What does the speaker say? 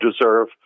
deserve